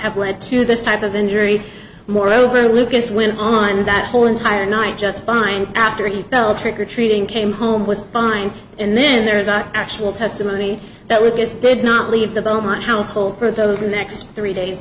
have led to this type of injury moreover lucas when on that whole entire night just fine after he fell trick or treating came home was fine and then there is actual testimony that we just did not leave the beaumont household for those